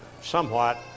somewhat